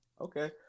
Okay